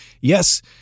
yes